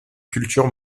cultures